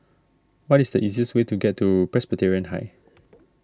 what is the easiest way to get to Presbyterian High